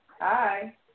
Hi